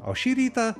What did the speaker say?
o šį rytą